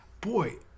Boy